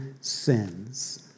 sins